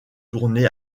tourné